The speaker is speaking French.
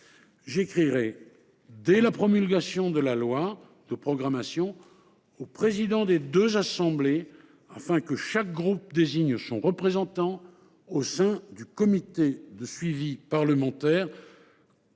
j’écrirai dès la promulgation de la loi de programmation aux présidents des deux assemblées pour que chaque groupe politique désigne son représentant au sein du comité de suivi parlementaire,